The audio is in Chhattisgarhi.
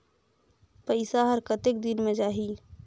पइसा हर कतेक दिन मे जाही?